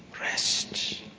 rest